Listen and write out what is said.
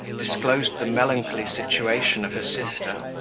disclosed the melancholy situation of her sister,